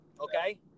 okay